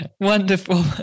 Wonderful